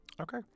Okay